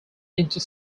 inter